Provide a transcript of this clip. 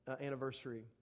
anniversary